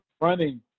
running